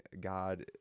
God